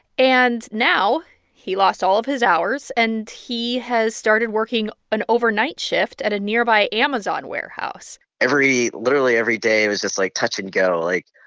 and now he lost all of his hours, and he has started working an overnight shift at a nearby amazon warehouse every literally every day was just, like, touch-and-go. like,